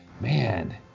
man